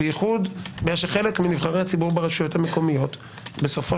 בייחוד מאחר שחלק מנבחרי הציבור ברשויות המקומיות בסופו